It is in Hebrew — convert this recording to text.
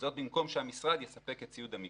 וזאת במקום שהמשרד יספק את ציוד המיגון.